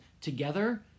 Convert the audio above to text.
together